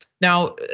Now